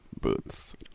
boots